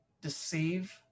deceive